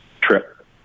trip